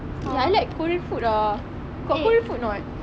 eh I like korean food ah got korean food or not